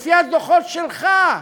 לפי הדוחות שלך,